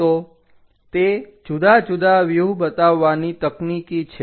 તો તે જુદા જુદા વ્યુહ બતાવવાની તકનીકી છે